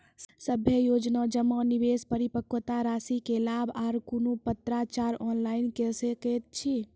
सभे योजना जमा, निवेश, परिपक्वता रासि के लाभ आर कुनू पत्राचार ऑनलाइन के सकैत छी?